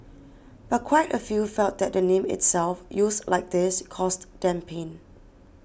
but quite a few felt that the name itself used like this caused them pain